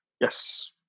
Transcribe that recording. Yes